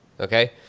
Okay